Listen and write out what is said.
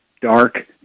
dark